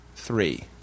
Three